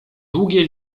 długie